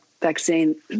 vaccine